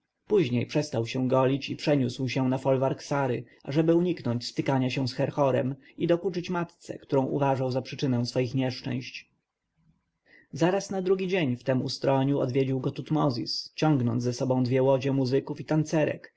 później przestał się golić i przeniósł się na folwark sary ażeby uniknąć stykania się z herhorem i dokuczyć matce którą uważał za przyczynę swoich nieszczęść zaraz na drugi dzień w tem ustroniu odwiedził go tutmozis ciągnąc za sobą dwie łodzie muzyków i tancerek